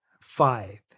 five